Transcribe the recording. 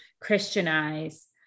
Christianize